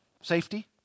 safety